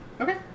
Okay